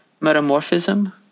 metamorphism